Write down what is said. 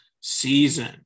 season